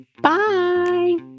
Bye